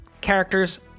characters